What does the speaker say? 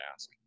ask